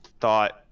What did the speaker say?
thought